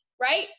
right